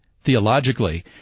Theologically